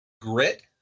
grit